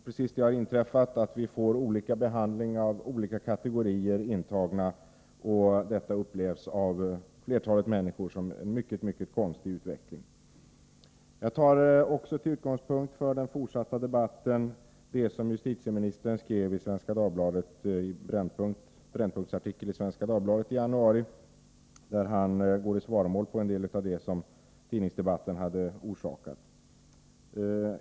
Vi får dessutom olika behandling av olika kategorier intagna, vilket av flertalet människor upplevs som en mycket konstig utveckling. Till utgångspunkt för den fortsatta debatten tar jag också justitieministerns Brännpunktsartikel som han skrev i Svenska Dagbladet i januari och där han går i svaromål beträffande en del av det som tidningsdebatten hade orsakat.